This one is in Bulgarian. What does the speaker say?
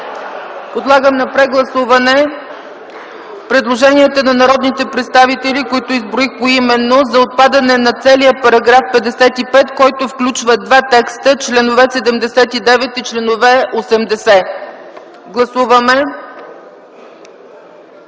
Подлагам на прегласуване предложенията на народните представители, които изброих поименно, за отпадане на целия § 55, който включва два текста – чл. 79 и чл. 80. Гласували